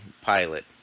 pilot